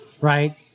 right